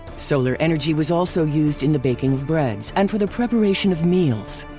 solar energy was also used in the baking of breads and for the preparation of meals.